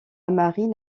marine